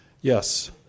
Yes